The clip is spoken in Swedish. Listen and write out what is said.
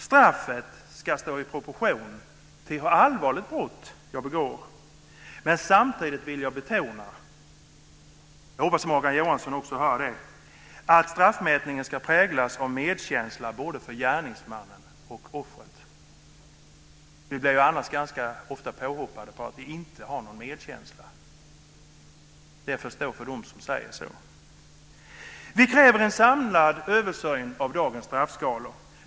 Straffet ska stå i proportion till hur allvarligt brott man begår. Samtidigt vill jag betona - jag hoppas att Morgan Johansson också hör det - att straffmätningen ska präglas av medkänsla för både gärningsmannen och brottsoffret. Vi får ju ganska ofta höra att vi inte har någon medkänsla. Det får stå för dem som säger det. Vi kräver en samlad översyn av dagens straffskalor.